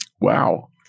wow